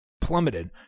plummeted